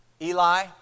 Eli